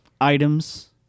items